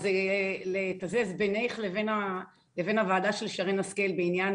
לתזז בינך לבין הוועדה של שרן השכל בענייני